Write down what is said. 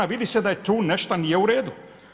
Vidi se da tu nešta nije uredu.